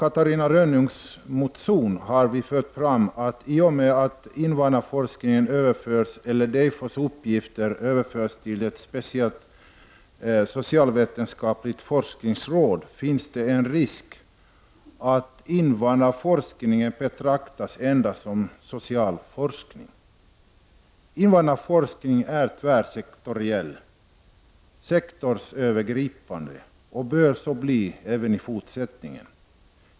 Catarina Rönnung och jag säger i vår motion att det, i och med att invandrarforskningen, dvs. DEIFOS uppgifter, överförs till ett speciellt socialvetenskapligt forskningsråd, finns en risk att invandrarforskningen kommer att betraktas endast som social forskning. Men invandrarforskningen är sektorsövergripande, och bör så förbli.